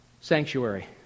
sanctuary